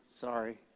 Sorry